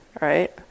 Right